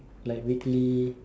like weekly